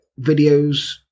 videos